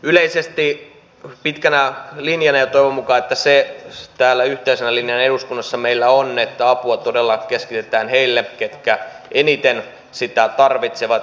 yleisesti pitkänä linjana ja toivon mukaan se täällä yhteisenä linjana meillä eduskunnassa on on että apua todella keskitetään heille ketkä eniten sitä tarvitsevat